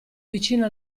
vicino